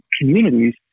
communities